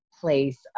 place